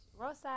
Rosa